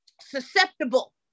susceptible